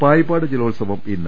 പായിപ്പാട് ജലോത്സവം ഇന്ന്